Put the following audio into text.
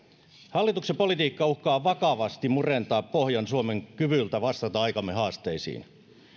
hallituksen politiikka uhkaa vakavasti murentaa pohjan suomen kyvystä vastata aikamme haasteisiin